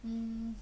mmhmm